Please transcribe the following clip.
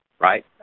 right